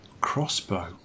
Crossbow